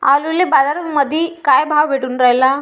आलूले बाजारामंदी काय भाव भेटून रायला?